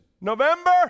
November